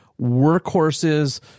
workhorses